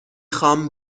خوام